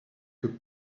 que